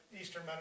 Eastern